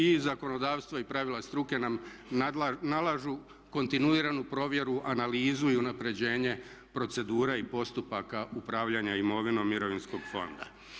I zakonodavstvo i pravila struke nam nalažu kontinuiranu provjeru, analizu i unapređenje procedura i postupaka upravljanja mirovinom mirovinskog fonda.